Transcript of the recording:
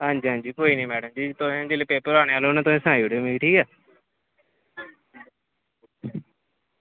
हां जी हां जी कोई नी मैड़म जी तुस जिसलै पेपर आनें आह्ले होंगन तुस सनाई ओड़ेओ मिगी ठीक ऐ